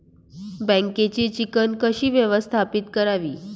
बँकेची चिकण कशी व्यवस्थापित करावी?